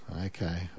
Okay